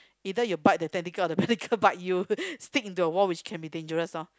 either you bite the tentacle or the tentacle bite you stick into the wall which could be dangerous loh